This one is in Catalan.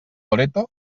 loreto